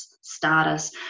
status